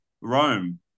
Rome